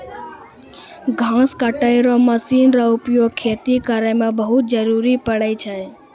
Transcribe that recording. घास कटै रो मशीन रो उपयोग खेती करै मे बहुत जरुरी पड़ै छै